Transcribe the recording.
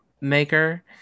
maker